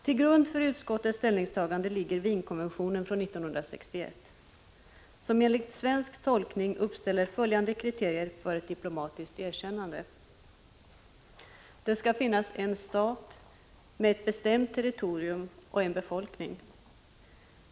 Till grund för utskottets ställningstagande ligger Wienkonventionen från 1961, som enligt svensk tolkning uppställer följande kriterier för ett diplomatiskt erkännande: Det skall finnas en stat med ett bestämt territorium och en befolkning.